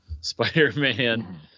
Spider-Man